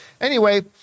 anyway-